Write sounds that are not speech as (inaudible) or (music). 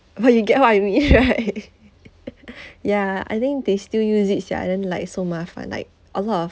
well you get what I mean right (laughs) ya I think they still use it sia then like so 麻烦 like a lot of